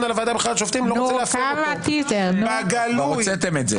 על הוועדה לבחירת שופטים --- כבר הוצאתם את זה.